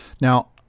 now